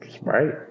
right